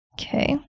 Okay